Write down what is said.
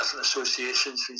associations